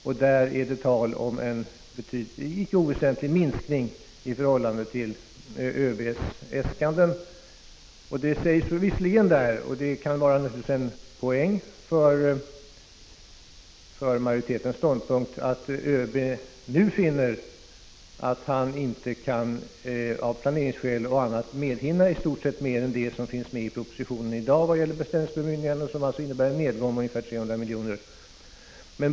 Det är fråga om en icke oväsentlig minskning i förhållande till överbefälhavarens äskanden. Det kan naturligtvis vara en poäng när det gäller utskottsmajoritetens ståndpunkt att ÖB nu finner att han av planeringsskäl och annat inte kan medhinna mer än vad som i stort sett finns med i propositionen vad gäller beställningsbemyndiganden. Det innebär alltså en nedgång med ungefär 300 miljoner.